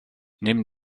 neben